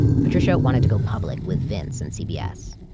patricia wanted to go public with vince and cbs.